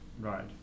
Right